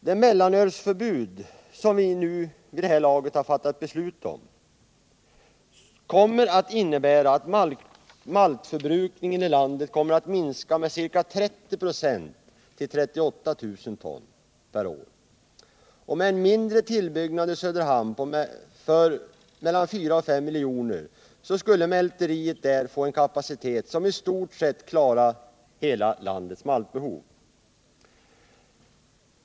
Det mellanölsförbud som vi har fattat beslut om kommer att innebära att maltförbrukningen i landet minskar med ca 30 96 till 38 000 ton per år. Med en mindre tillbyggnad i Söderhamn för mellan 4 och 5 milj.kr. skulle mälteriet där få en kapacitet som i stort sett tillgodoser hela landets maltbehov.